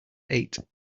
eight